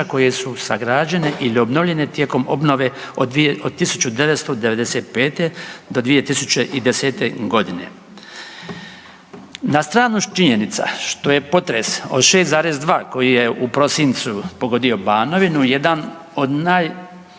koje su sagrađene ili obnovljene tijekom obnove od 1995. do 2010. godine. Na stranu činjenica što je potres od 6,2 koji je u prosincu pogodio Banovinu jedan od najjačih